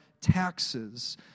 taxes